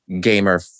gamer